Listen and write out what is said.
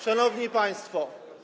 Szanowni Państwo!